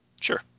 Sure